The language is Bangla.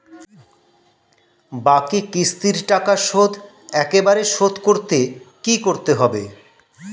বাকি কিস্তির টাকা শোধ একবারে শোধ করতে কি করতে হবে?